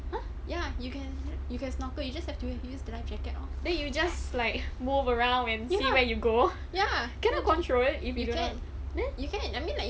ya you can you can snorkel you just have to use the life jacket oh then you just like move around when you where you go ya cannot control ah